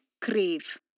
crave